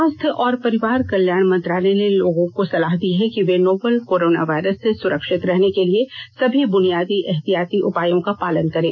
स्वास्थ्य और परिवार कल्याण मंत्रालय ने लोगों को सलाह दी है कि वे नोवल कोरोना वायरस से सुरक्षित रहने के लिए सभी ब्रुनियादी एहतियाती उपायों का पालन करें